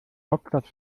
hauptstadt